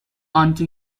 unto